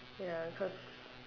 ya cause